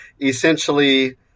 Essentially